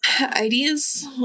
Ideas